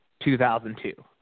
2002